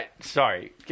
sorry